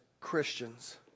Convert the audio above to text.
Christians